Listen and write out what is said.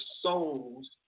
souls